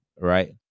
Right